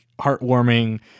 heartwarming